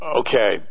okay